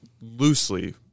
loosely